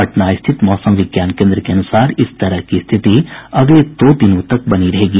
पटना स्थित मौसम विज्ञान केन्द्र के अनुसार इस तरह की स्थिति अगले दो दिनों तक बनी रहेगी